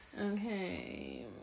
Okay